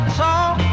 talk